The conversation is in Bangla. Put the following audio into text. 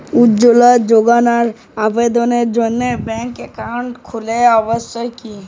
উজ্জ্বলা যোজনার আবেদনের জন্য ব্যাঙ্কে অ্যাকাউন্ট খোলা আবশ্যক কি?